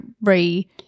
re-